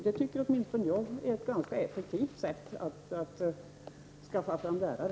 Det tycker åtminstone jag är ett ganska effektivt sätt att skaffa fram lärare.